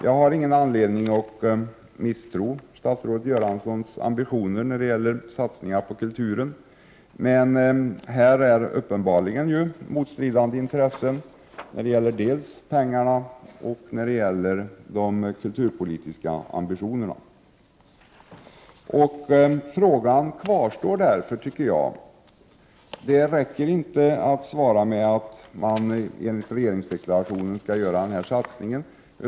Jag har ingen anledning att misstro statsrådet Göranssons ambitioner beträffande satsningar på kulturen, men här finns uppenbarligen motstridande intressen när det gäller pengarna och de kulturpolitiska ambitionerna. Jag tycker därför att frågan kvarstår. Det räcker inte med att svara att man enligt regeringsdeklarationen skall göra denna satsning.